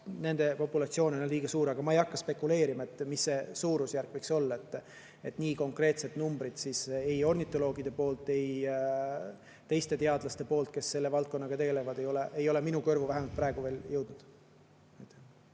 nende populatsioon on liiga suur. Ma ei hakka spekuleerima, mis see suurusjärk võiks olla. Nii konkreetset numbrit ei ole ei ornitoloogidelt ega teistelt teadlastelt, kes selle valdkonnaga tegelevad, minu kõrvu vähemalt praegu veel jõudnud.